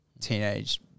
teenage